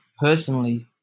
personally